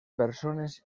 persones